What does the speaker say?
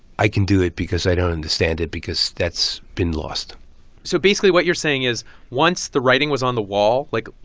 i can do it because i don't understand it because that's been lost so basically, what you're saying is once the writing was on the wall like,